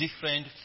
different